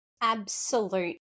absolute